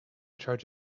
charge